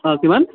অঁ কিমান